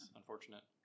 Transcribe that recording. unfortunate